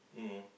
mm